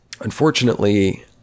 unfortunately